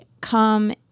come